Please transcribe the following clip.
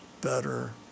better